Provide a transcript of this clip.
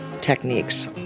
techniques